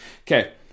Okay